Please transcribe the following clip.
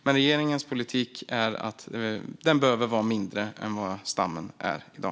Men regeringens politik är att stammen bör vara mindre än vad den är i dag.